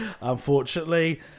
Unfortunately